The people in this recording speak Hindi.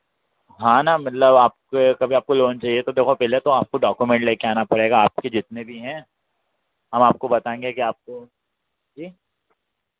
हाँ ना मतलब आपके कभी आपको लोन चहिए तो देखो पहले तो आपको डॉक्यूमेंट ले कर आना पड़ेगा आपके जितने भी हैं हम आपको बताएँगे कि आपको जी